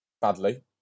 badly